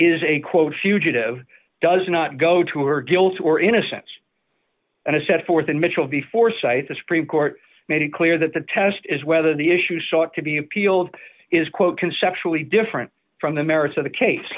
is a quote fugitive does not go to her guilt or innocence and as set forth in mitchell before cite the supreme court made it clear that the test is whether the issue sought to be appealed is quote conceptually different from the merits of the case